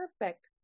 Perfect